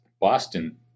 Boston